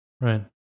right